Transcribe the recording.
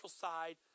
side